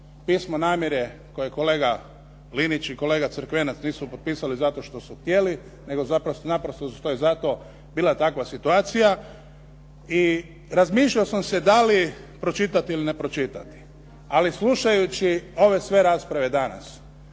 pismo namjere koje je kolega Linić i kolega Crkvenac nisu potpisali zato što su htjeli, nego naprosto zato jer je bila takva situacija i razmišljao sam se da li pročitati ili ne pročitati. Ali slušajući ove sve rasprave danas,